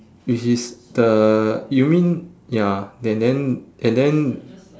which is the you mean ya and then and then